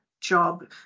job